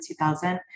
2000